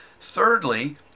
thirdly